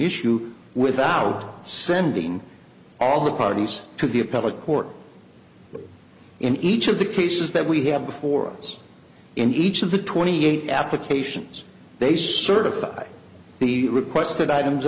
issue without sending all the parties to the appellate court in each of the cases that we have before us in each of the twenty eight applications they certify the requested items